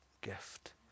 gift